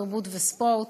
התרבות והספורט,